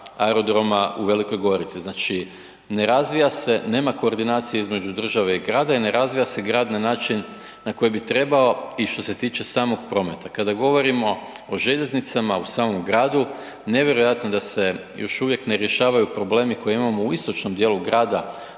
aerodrom u Velikoj Gorici, znači ne razvija, nema koordinacije između države i grada i ne razvija se grad na način na koji bi trebao i što se tiče samog prometa. Kada govorimo o željeznicama u samom gradu, nevjerojatno je da se još uvijek ne rješavaju problemi koje imamo istočnoj djelu grada,